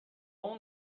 اون